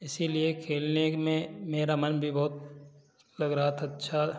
इसलिए खेलने में मेरा मन भी बहुत लग रहा था अच्छा